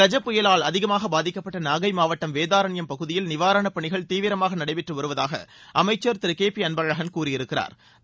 கஜ புயலால் பாதிக்கப்பட்ட நாகை மாவட்ட வேதாரண்யம் பகுதியில் நிவாரணப் பணிகள் தீவிரமாக நடைபெற்று வருவதாக அமைச்சா் திரு கே பி அன்பழகன் கூறியிருக்கிறாா்